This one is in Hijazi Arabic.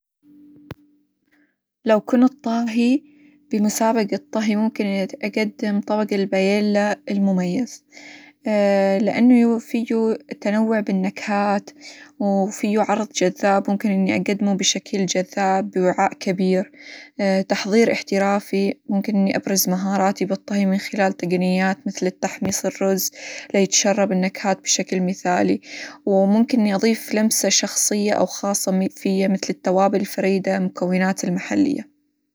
لو كنت طاهي بمسابقة طهي ممكن إني أقدم طبق البايلا المميز لإنه فيو تنوع بالنكهات، وفيو عرض جذاب ممكن إني أقدمه بشكل جذاب بوعاء كبير تحظير إحترافي ممكن إني أبرز مهاراتي بالطهي من خلال تقنيات مثل: التحميص الرز ليتشرب النكهات بشكل مثالي، وممكن إني أظيف لمسة شخصية، أو خاصة فيه مثل التوابل الفريدة ،المكونات المحلية.